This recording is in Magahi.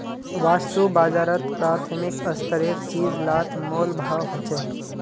वास्तु बाजारोत प्राथमिक स्तरेर चीज़ लात मोल भाव होछे